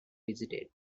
visited